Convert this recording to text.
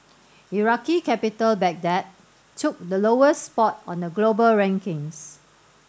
Iraqi capital Baghdad took the lowest spot on the global rankings